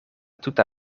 tuta